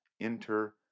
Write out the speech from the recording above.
enter